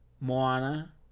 Moana